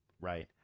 Right